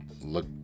look